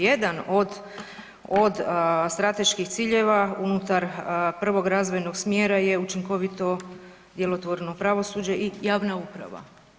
Jedan od, od strateških ciljeva unutar prvog razvojnog smjera je učinkovito djelotvorno pravosuđe i javna uprava.